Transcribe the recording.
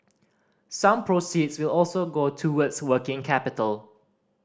some proceeds will also go towards working capital